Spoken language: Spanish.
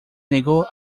negó